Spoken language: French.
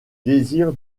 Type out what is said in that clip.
désir